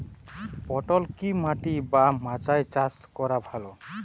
পটল কি মাটি বা মাচায় চাষ করা ভালো?